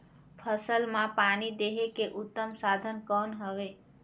फसल मां पानी देहे के उत्तम साधन कौन हवे?